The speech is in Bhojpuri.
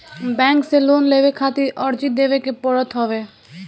बैंक से लोन लेवे खातिर अर्जी देवे के पड़त हवे